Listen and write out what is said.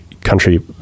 country